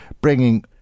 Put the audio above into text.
bringing